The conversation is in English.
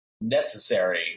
Necessary